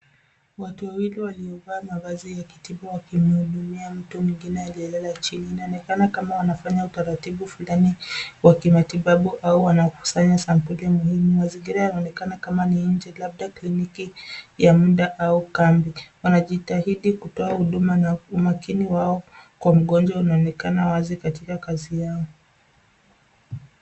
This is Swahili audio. Watu wawili waliovaa mavazi ya kutibu wakimhudumia mtu mwingine aliyelala chini. Inaonekana kama wanafanya utaratibu flani wa kimatibabu au wanakusanya sampuli muhimu. Mazingira yanaonekana kama ni nje labda kliniki ya muda au kambi. Wanajitahidi kutoa huduma na umakini wao kwa mgonjwa unaonekana wazi katika kazi yao.